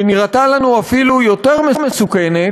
שנראתה לנו אפילו יותר מסוכנת,